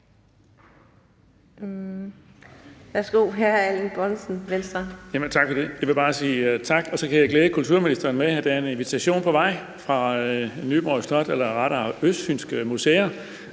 Kl. 14:44 Erling Bonnesen (V): Tak for det. Jeg vil bare sige tak, og så kan jeg glæde kulturministeren med, at der er en invitation på vej fra Nyborg Slot eller rettere fra Østfyns Museer